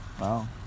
wow